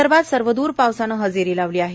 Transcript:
विदर्भात सर्वद्र पावसानं हजेरी लावली आहे